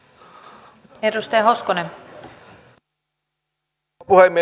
arvoisa rouva puhemies